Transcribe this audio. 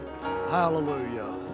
hallelujah